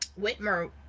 Whitmer